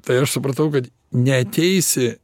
tai aš supratau kad neateisi